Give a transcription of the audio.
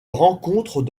rencontrent